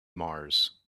mars